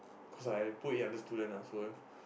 cause I put it under student lah